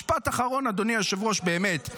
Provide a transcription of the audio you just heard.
משפט אחרון, אדוני היושב-ראש, באמת.